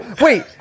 Wait